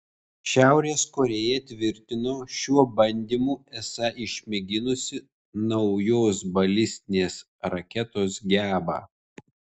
šiaurės korėja tvirtino šiuo bandymu esą išmėginusi naujos balistinės raketos gebą